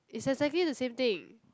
it's exactly the same thing